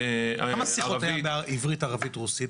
כמה שיחות היה בעברית, ערבית, רוסית?